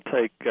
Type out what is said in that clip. take